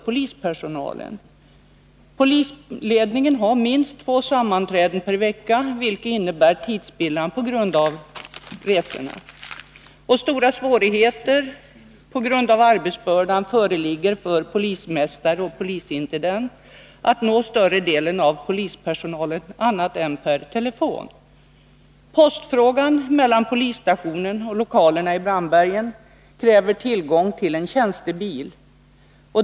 Polisledningen har minst två sammanträden per vecka, och därvid uppstår tidsspillan på grund av resorna. Till följd av arbetsbördan föreligger stora svårigheter för polismästare och polisintendent att nå större delen av polispersonalen annat än per telefon. Postgången mellan polisstationen och lokalerna i Brandbergen kräver tillgång till tjänstebil.